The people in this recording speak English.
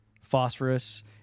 phosphorus